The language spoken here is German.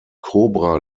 kobra